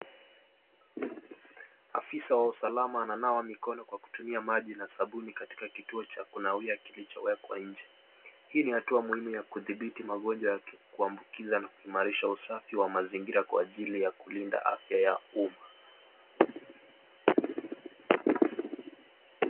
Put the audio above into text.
Afisa wa usalama ananawa mikono kwa kutumia maji na sabuni katika kituo cha kunawia kilichowekwa nje. Hii ni hatua muhimu ya kudhibiti magonjwa ya kuambukiza na kuimarisha usafi wa mazingira kwa ajili ya kulinda afya ya umma.